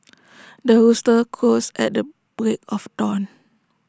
the rooster crows at the break of dawn